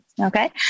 okay